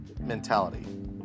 mentality